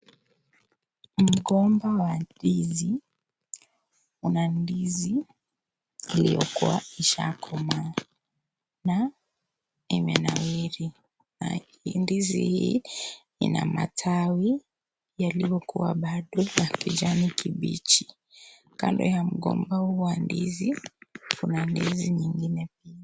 Mgomba wa ndizi una ndizi iliyokuwa ishakomaa na imenawiri . Ndizi hii ina matawi yaliyokuwa bado ya kijani kibichi . Kando ya mgomba huu wa ndizi kuna ndizi nyingine pia.